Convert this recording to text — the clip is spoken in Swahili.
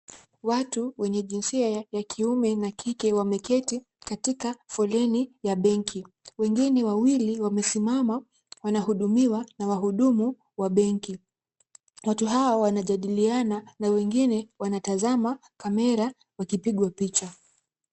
Watu wenye jinsia ya kiume na kike wameketi katika foleni ya benki. Wengine wawili wamesimama wanahudumiwa na wahudumu wa benki. Watu hao wanajadiliana na wengine wanatazama kamera wakipigwa picha.